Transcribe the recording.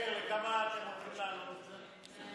מאיר, לכמה אתם הולכים להעלות את זה?